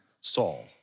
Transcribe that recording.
Saul